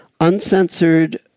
uncensored